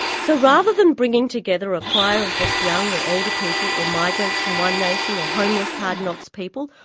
so rather than bringing together a choir of just young or older people, or migrants from one nation, or homeless hard knocks people,